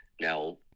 Now